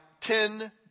ten